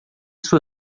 sua